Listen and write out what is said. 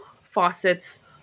faucets